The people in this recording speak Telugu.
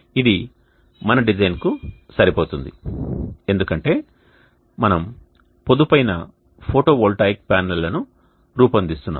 ఇది మన డిజైన్కు సరిపోతుంది ఎందుకంటే మనము పొదుపైన ఫోటోవోల్టాయిక్ ప్యానెల్లను రూపొందిస్తున్నాము